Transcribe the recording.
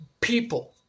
people